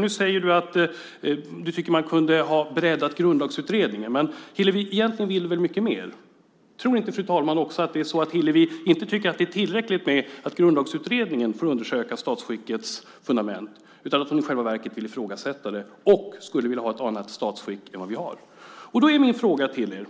Nu säger du att du tycker att man kunde ha breddat Grundlagsutredningen, men Hillevi, egentligen vill du mycket mer. Tror inte fru talman också att det är så att Hillevi inte tycker att det är tillräckligt med att Grundlagsutredningen får undersöka statsskickets fundament utan att hon i själva verket vill ifrågasätta det och skulle vilja ha ett annat statsskick än det vi har? Då har jag en fråga till er.